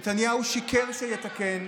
נתניהו שיקר שיתקן,